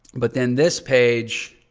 but then this page,